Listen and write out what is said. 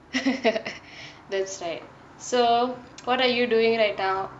that's right so what are you doing right now